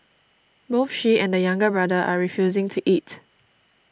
both she and the younger brother are refusing to eat